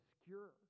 obscure